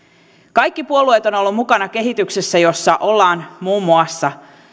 kaikki puolueet ovat olleet mukana kehityksessä jossa ollaan muun muassa